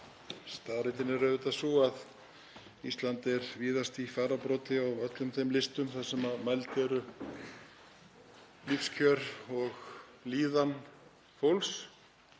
Staðreyndin er auðvitað sú að Ísland er víðast í fararbroddi á öllum þeim listum þar sem mæld eru lífskjör og líðan fólks.